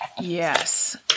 Yes